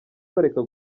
bareka